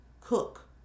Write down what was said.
Cook